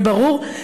זה ברור.